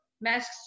masks